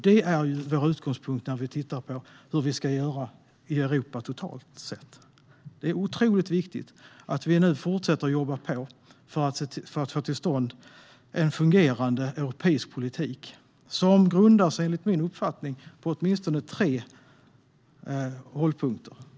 Det är vår utgångspunkt när vi tittar på hur vi ska göra i Europa totalt sett. Det är otroligt viktigt att vi nu fortsätter att jobba för att få till stånd en fungerande europeisk politik som enligt min uppfattning grundar sig på åtminstone tre hållpunkter.